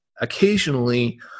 occasionally